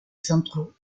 centraux